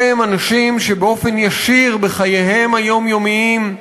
אלה הם אנשים שבאופן ישיר, בחייהם היומיומיים,